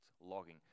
logging